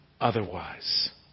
otherwise